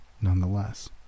nonetheless